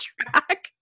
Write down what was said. track